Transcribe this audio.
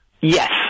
Yes